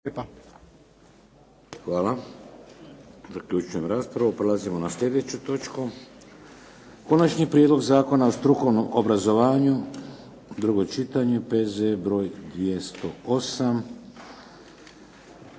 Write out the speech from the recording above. Vladimir (HDZ)** Prelazimo na sljedeću točku - Konačni prijedlog Zakona o strukovnom obrazovanju, drugo čitanje, P.Z.E. broj 208